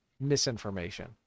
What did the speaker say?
misinformation